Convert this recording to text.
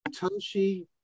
Toshi